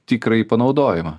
tikrąjį panaudojimą